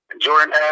Jordan